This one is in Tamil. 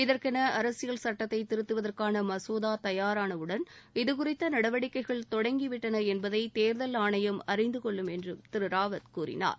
இதற்கென அரசியல் சட்டத்தை திருத்துவதற்கான மசோதா தயாரானவுடன் இது குறித்த நடவடிக்கைகள் தொடங்கிவிட்டன என்பதை தேர்தல் ஆணையம் அறிந்து கொள்ளும் என்று திரு ராவத் கூறினார்